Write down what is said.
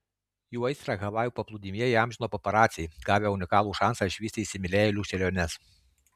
jų aistrą havajų paplūdimyje įamžino paparaciai gavę unikalų šansą išvysti įsimylėjėlių šėliones